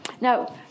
now